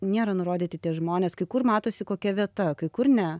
nėra nurodyti tie žmonės kai kur matosi kokia vieta kai kur ne